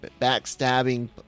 backstabbing